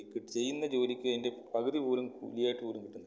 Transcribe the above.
ഇപ്പം ചെയ്യുന്ന ജോലിക്ക് അതിൻ്റെ പകുതി പോലും കൂലി ആയിട്ട് പോലും കിട്ടുന്നില്ല